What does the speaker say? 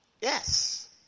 Yes